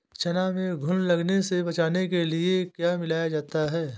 चना में घुन लगने से बचाने के लिए क्या मिलाया जाता है?